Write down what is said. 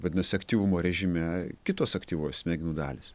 vadinasi aktyvumo režime kitos aktyvuojas smegenų dalys